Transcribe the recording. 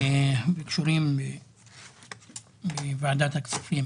וקשורים בוועדת הכספים